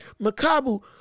Makabu